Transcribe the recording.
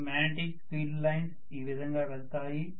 ఈ magnetic field lines ఈ విధంగా వెళ్తాయి